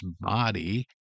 body